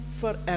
forever